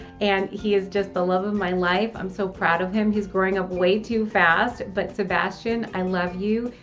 and. he is just the love of my life. i'm so proud of him. he's growing up way too fast, but sebastian, i love you,